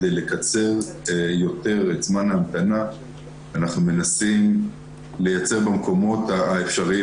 כדי לקצר את ההמתנה אנחנו מנסים לייצר מקומות אפשריים.